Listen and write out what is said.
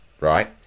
right